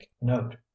note